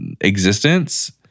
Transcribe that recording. existence